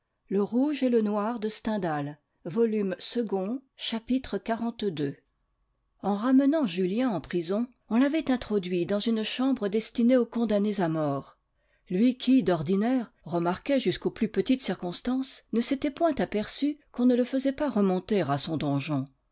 chapitre xlii en ramenant julien en prison on l'avait introduit dans une chambre destinée aux condamnés à mort lui qui d'ordinaire remarquait jusqu'aux plus petites circonstances ne s'était point aperçu qu'on ne le faisait pas remonter à son